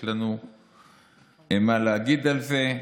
יש לנו מה להגיד על זה,